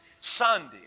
Sunday